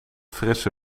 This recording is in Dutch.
frisse